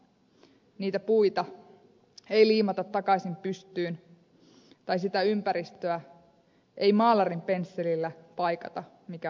niitä puita ei liimata takaisin pystyyn tai sitä ympäristöä ei maalarin pensselillä paikata mikä on tuhottu